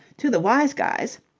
to the wise guys,